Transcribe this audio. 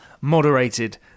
moderated